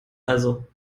also